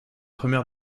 première